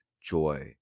joy